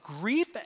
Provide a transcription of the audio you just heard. grief